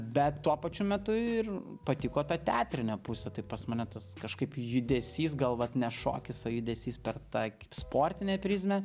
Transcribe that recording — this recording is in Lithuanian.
bet tuo pačiu metu ir patiko ta teatrinė pusė tai pas mane tas kažkaip judesys gal vat ne šokis o judesys per tą sportinę prizmę